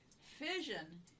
Fission